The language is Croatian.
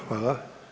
Hvala.